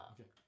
Okay